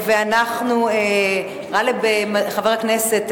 חבר הכנסת,